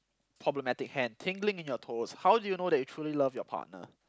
problematic hand tingling in you toes how do you know that you truly love your partner